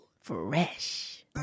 Fresh